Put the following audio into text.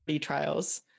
trials